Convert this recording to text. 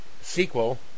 sequel